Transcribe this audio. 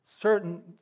certain